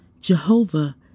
Jehovah